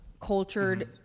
cultured